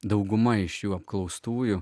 dauguma iš jų apklaustųjų